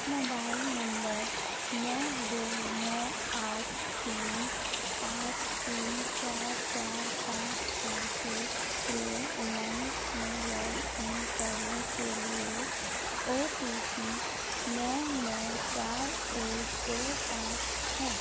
mobile number नौ दो नौ आठ तीन पाँच तीन चार चार पाँच छः के लिए उमंग में लॉग इन करने के लिए ओ टी पी नौ नौ चार एक दो पाँच है